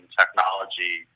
technology